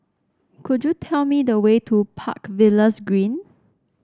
could you tell me the way to Park Villas Green